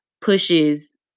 pushes